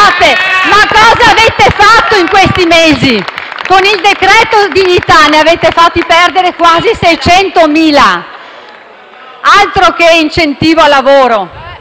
fatto in questi mesi? Con il decreto-legge dignità ne avete fatti perdere quasi 600.000, altro che incentivo al lavoro!